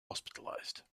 hospitalized